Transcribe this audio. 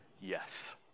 Yes